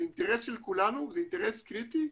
זה אינטרס של כולנו, זה אינטרס קריטי,